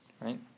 Right